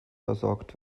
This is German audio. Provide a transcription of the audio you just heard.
versorgt